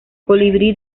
colibrí